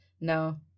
No